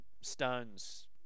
stones